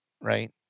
right